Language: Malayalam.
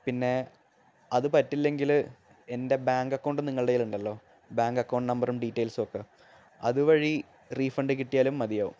പിന്നെ അത് പറ്റില്ലെങ്കിൽ എന്റെ ബാങ്ക് അക്കൗണ്ട് നിങ്ങളുടെ കൈയിലുണ്ടല്ലോ ബാങ്ക് അക്കൗണ്ട് നമ്പറും ഡീറ്റെയിൽസും ഒക്കെ അതുവഴി റീഫണ്ട് കിട്ടിയാലും മതിയാവും